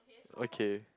okay